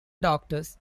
doctors